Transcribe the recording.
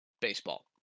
baseball